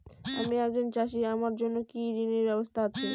আমি একজন চাষী আমার জন্য কি ঋণের ব্যবস্থা আছে?